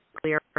clear